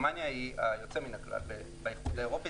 גרמניה היא היוצא מהכלל באיחוד האירופי,